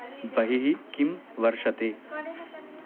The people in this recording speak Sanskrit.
बहिः किं वर्षते